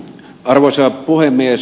arvoisa puhemies